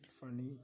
funny